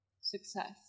success